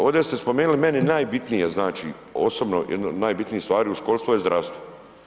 Ovdje ste spomenuli meni najbitnije, znači, osobno jedna od najbitnijih stvari u školstvu je zdravstvo.